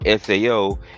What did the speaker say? SAO